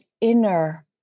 inner